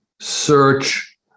search